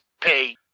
pay